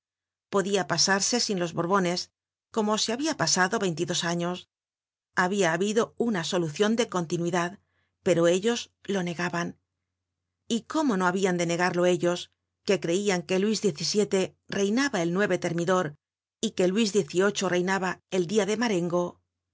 podia pasarse sin los borbones como se habia pasado veintidos años habia habido una solucion de continuidad pero ellos lo negaban y cómo no habian de negarlo ellos que creian que luis xvii reinaba el termidor y que luis xviii reinaba el dia de marengo